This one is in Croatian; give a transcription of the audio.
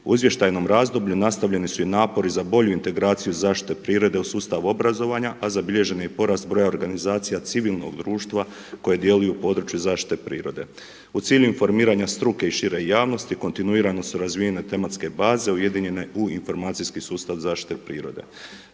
U izvještajnom razdoblju nastavljeni su i napori za bolju integraciju zaštite prirode u sustavu obrazovanja a zabilježen je i porast broja organizacija civilnog društva koje djeluju u području zaštite prirode. U cilju informiranja struke i šire javnosti kontinuirano su razvijene tematske baze ujedinjene u informacijski sustav zaštite prirode.